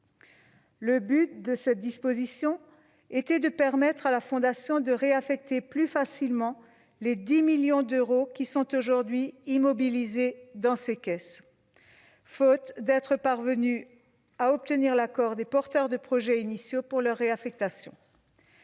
Le but de cette disposition était de permettre à la Fondation de réaffecter plus facilement les 10 millions d'euros qui sont aujourd'hui immobilisés dans ses caisses, faute d'être parvenue à obtenir l'accord des porteurs de projet initiaux pour leur réaffectation.